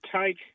take